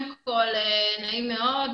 מאוד.